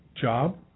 job